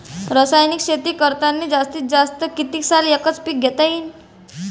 रासायनिक शेती करतांनी जास्तीत जास्त कितीक साल एकच एक पीक घेता येईन?